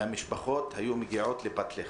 מהמשפחות היו מגיעות לפת לחם.